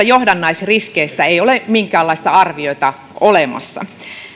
johdannaisriskeistä ei ole minkäänlaista arviota olemassa